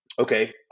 okay